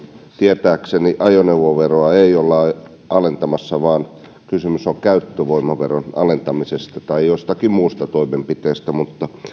tietääkseni ajoneuvoveroa ei olla alentamassa vaan kysymys on käyttövoimaveron alentamisesta tai jostakin muusta toimenpiteestä mutta